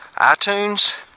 iTunes